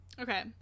Okay